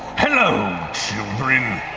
hello children!